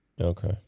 Okay